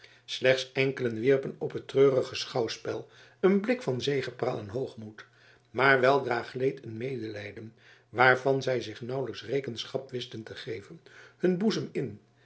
slechts enkelen wierpen op het treurige schouwspel een blik van zegepraal en hoogmoed maar weldra gleed een medelijden waarvan zij zich nauwelijks rekenschap wisten te geven hun boezem in